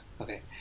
okay